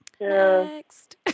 Next